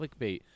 clickbait